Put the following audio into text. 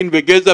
מין וגזע,